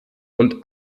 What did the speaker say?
und